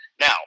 now